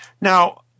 now